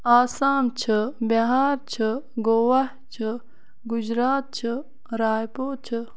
آسام چھُ بِہار چھُ گوا چھُ گُجرات چھُ راے پوٗر چھُ